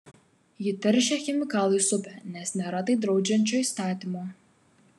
ji teršia chemikalais upę nes nėra tai draudžiančio įstatymo